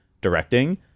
directing